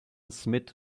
smit